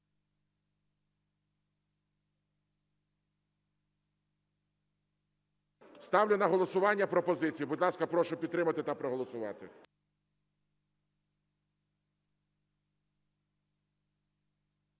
Ставлю на голосування пропозицію. Будь ласка, прошу підтримати та проголосувати.